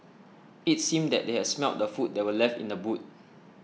it seemed that they had smelt the food that were left in the boot